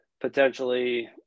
potentially